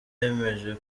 yemeje